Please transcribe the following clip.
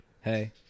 Hey